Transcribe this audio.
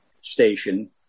station